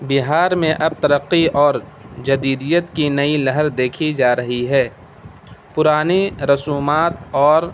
بہار میں اب ترقی اور جدیدیت کی نئی لہر دیکھی جا رہی ہے پرانی رسومات اور